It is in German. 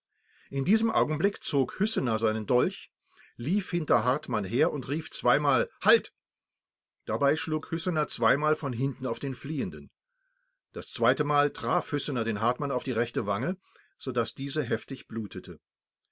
in diesem augenblick zog hüssener seinen dolch lief hinter hartmann her und rief zweimal halt dabei schlug hüssener zweimal von hinten auf den fliehenden das zweite mal traf hüssener den hartmann auf die rechte wange so daß diese heftig blutete